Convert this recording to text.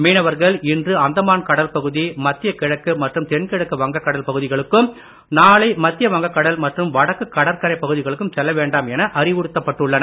மீனவர்கள் இன்று அந்தமான் கடல் பகுதி மத்திய கிழக்கு மற்றும் தென்கிழக்கு வங்கக் கடல் பகுதிகளுக்கும் நாளை மத்திய வங்கக் கடல் மற்றும் வடக்கு கடற்கரை பகுதிகளுக்கும் செல்ல வேண்டாம் என அறிவுறுத்தப்பட்டுள்ளது